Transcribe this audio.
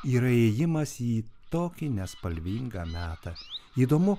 yra įėjimas į tokį nespalvingą metą įdomu